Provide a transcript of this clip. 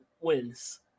wins